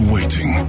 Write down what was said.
waiting